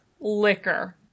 liquor